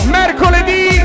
mercoledì